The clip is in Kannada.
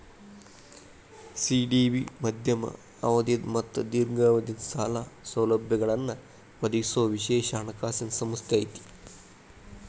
ಸಿ.ಡಿ.ಬಿ ಮಧ್ಯಮ ಅವಧಿದ್ ಮತ್ತ ದೇರ್ಘಾವಧಿದ್ ಸಾಲ ಸೌಲಭ್ಯಗಳನ್ನ ಒದಗಿಸೊ ವಿಶೇಷ ಹಣಕಾಸಿನ್ ಸಂಸ್ಥೆ ಐತಿ